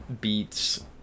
beats